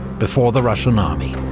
before the russian army.